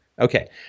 Okay